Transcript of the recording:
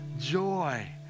joy